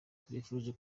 tubifurije